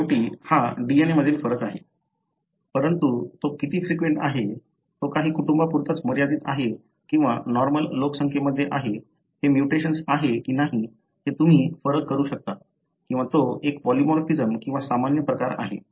शेवटी हा DNA मधील फरक आहे परंतु तो किती फ्रिक्वेंट आहे तो काही कुटुंबांपुरताच मर्यादित आहे किंवा नॉर्मल लोकसंख्येमध्ये आहे हे म्युटेशन्स आहे की नाही हे तुम्ही फरक करू शकता किंवा तो एक पॉलिमॉर्फिझम किंवा सामान्य प्रकार आहे